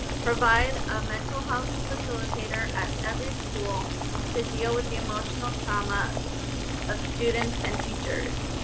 provide a mental health facilitator at every school to deal with the emotional trauma of students and teachers.